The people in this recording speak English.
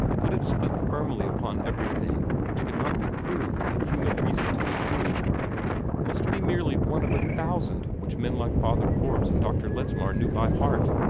put its foot firmly upon everything which could not be proved in human reason to be true must be merely one of a thousand which men like father forbes and dr. ledsmar knew by heart.